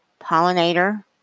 pollinator